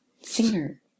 Singer